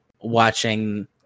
watching